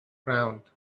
ground